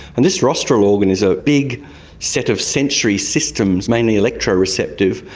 and this rostral organ is a big set of sensory systems, mainly electro-receptive,